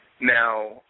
Now